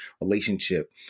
relationship